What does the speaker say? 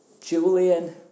Julian